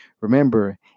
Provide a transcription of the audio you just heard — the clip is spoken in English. Remember